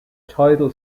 tidal